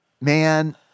Man